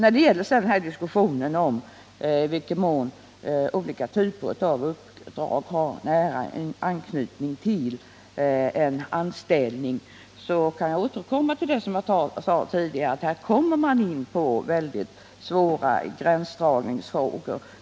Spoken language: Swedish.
Beträffande diskussionen i vilken mån olika typer av uppdrag har nära anknytning till en anställning kan jag upprepa vad jag sade tidigare, nämligen att man här kommer in på mycket svåra gränsdragningsfrågor.